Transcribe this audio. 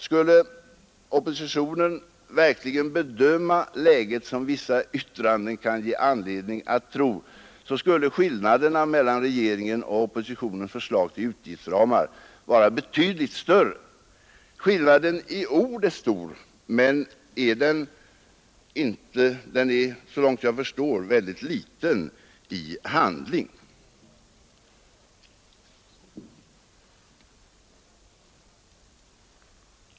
Skulle oppositionen verkligen bedöma läget som vissa yttranden kan ge anledning att tro, så skulle skillnaderna mellan regeringens och oppositionens förslag till utgiftsramar vara betydligt större. Skillnaden i ord är stor, men den är — så långt jag förstår — väldigt liten i handling.